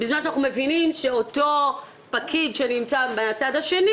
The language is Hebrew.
בזמן שאנחנו מבינים שאותו פקיד שנמצא בצד השני